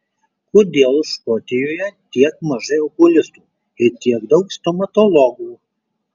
kodėl škotijoje tiek mažai okulistų ir tiek daug stomatologų